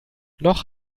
noch